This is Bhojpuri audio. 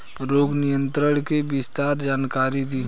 रोग नियंत्रण के विस्तार जानकारी दी?